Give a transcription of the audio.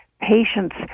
Patients